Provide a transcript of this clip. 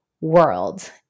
world